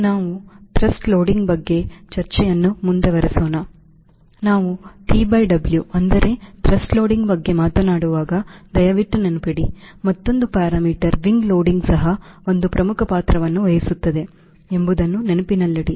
ನಾನು TW thrust loading ಬಗ್ಗೆ ಮಾತನಾಡುವಾಗ ದಯವಿಟ್ಟು ನೆನಪಿಡಿ ಮತ್ತೊಂದು ಪರಮೀಟರ್ ವಿಂಗ್ ಲೋಡಿಂಗ್ ಸಹ ಒಂದು ಪ್ರಮುಖ ಪಾತ್ರವನ್ನು ವಹಿಸುತ್ತದೆ ಎಂಬುದನ್ನು ನೆನಪಿನಲ್ಲಿಡಿ